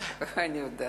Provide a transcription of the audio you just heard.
אני יודע.